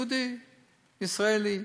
יהודי ישראלי,